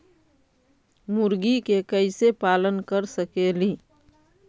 मुर्गि के कैसे पालन कर सकेली?